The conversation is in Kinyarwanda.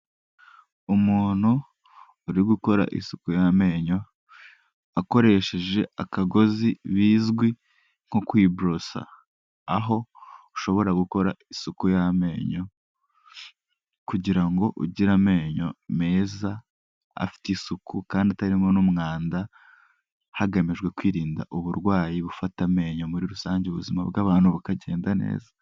Umuntu uri gukora isuku y'amenyo akoresheje akagozi bizwi nko kwiborosa, aho ushobora gukora isuku y'amenyo kugira ngo ugire amenyo meza afite isuku kandi atarimo n'umwanda, hagamijwe kwirinda uburwayi bufata amenyo muri rusange ubuzima bw'abantu bukagenda neza.